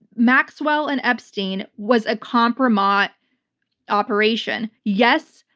maxwell and epstein was a kompromat operation. yes,